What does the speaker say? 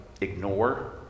ignore